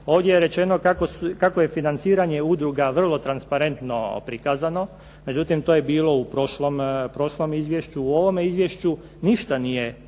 Ovdje je rečeno kako je financiranje udruga vrlo transparentno prikazano, međutim to je bilo u prošlom izvješću. U ovome izvješću ništa nije pokazano